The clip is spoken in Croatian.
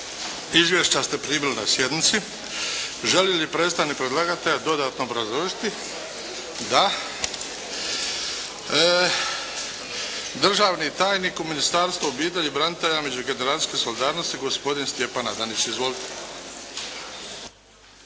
Izvješća ste primili na sjednici. Želi li predstavnik predlagatelja dodatno obrazložiti? Da. Državni tajnik u Ministarstvu obitelji, branitelja i međugeneracijske solidarnosti, gospodin Stjepan Adanić. Izvolite.